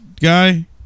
guy